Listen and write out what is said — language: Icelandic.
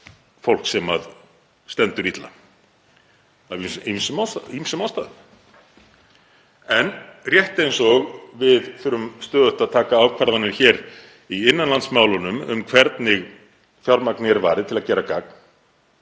fólk sem stendur illa af ýmsum ástæðum. En rétt eins og við þurfum stöðugt að taka ákvarðanir í innanlandsmálum um hvernig fjármagni er varið til að gera gagn